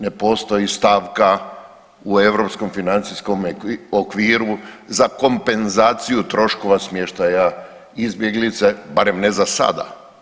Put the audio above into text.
Ne postoji, ne postoji stavka u europskom financijskom okviru za kompenzaciju troškova smještaja izbjeglica, barem ne za sada.